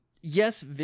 yes